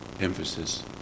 emphasis